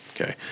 okay